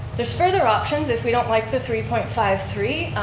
there's further options if we don't like the three point five three.